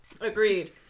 Agreed